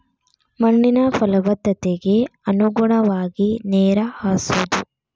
ಮಣ್ಣಿನ ಪಲವತ್ತತೆಗೆ ಅನುಗುಣವಾಗಿ ನೇರ ಹಾಸುದು